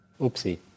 Oopsie